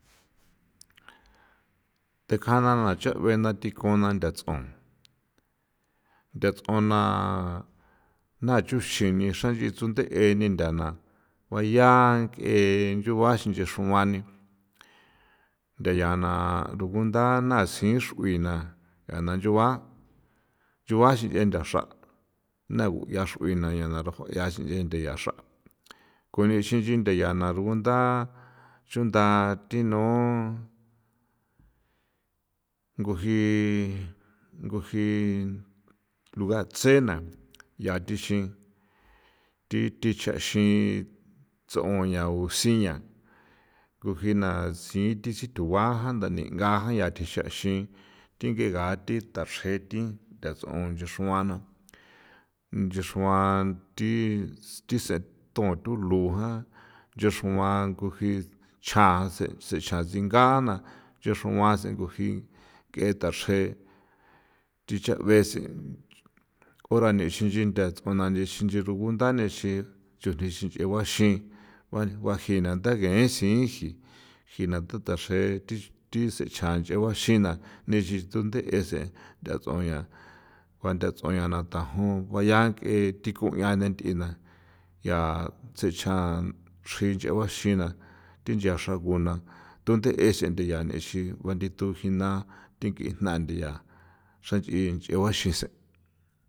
Thekjana na cha' bena thikona ndats'un ndats'una na chuxini xanch'i tsunthe eni ntha na guaya bang'e nchugua xruan ni ntha ya na rugunda nasin xrui na jana nchuba nchuba xi jee nthaxra nthagu ya xrui jee na ntha xi renthe jea xra kunixi nchin ntha ya na rugunda chunda thinu nguji nguji luga tsena ya thixin thi chaxin thi ts'on ya guxian nguji na sithi situajan ntha ninga jan thi xaxin thi ngue ha thi dachre thi ndats'un ndaxruan thi se tun turun ja nchexruan ko ji nchasen de satsinga na xruasen ji ngue tha se thi icha tsuen xinchi ruguntha ne sen chujni nchetehua sen baji na ntha se jina tha dasen thi secha yu ya xina ixin tsunthesen nthagua ñao juantha xañao yo baya ke thi ko ya tsechjan nchrin nch'gua xina thin ya xraguna thunde' ese ndiya n'exiguan ndithu jina thing'i jna nthiya xanch'i nch'e gua xisen'.